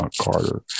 Carter